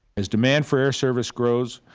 as demand for air service grows,